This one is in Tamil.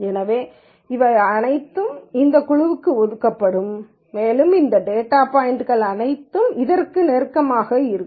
எனவே இவை அனைத்தும் இந்த குழுவிற்கு ஒதுக்கப்படும் மேலும் இந்த டேட்டா பாய்ன்ட்கள் அனைத்தும் இதற்கு நெருக்கமாக இருக்கும்